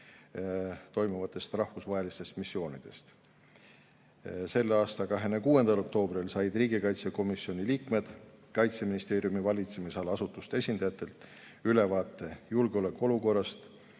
toimuvatest rahvusvahelistest missioonidest. Selle aasta 26. oktoobril said riigikaitsekomisjoni liikmed Kaitseministeeriumi valitsemisala asutuste esindajatelt ülevaate julgeolekuolukorrast